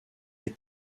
les